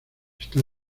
está